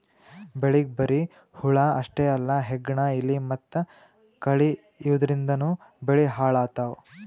ಬೆಳಿಗ್ ಬರಿ ಹುಳ ಅಷ್ಟೇ ಅಲ್ಲ ಹೆಗ್ಗಣ, ಇಲಿ ಮತ್ತ್ ಕಳಿ ಇವದ್ರಿಂದನೂ ಬೆಳಿ ಹಾಳ್ ಆತವ್